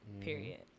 Period